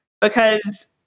Because-